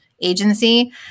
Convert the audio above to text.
agency